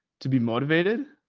to be motivated,